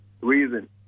reason